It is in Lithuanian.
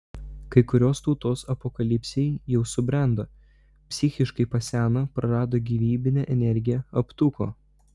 kai kurios tautos apokalipsei jau subrendo psichiškai paseno prarado gyvybinę energiją aptuko